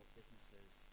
businesses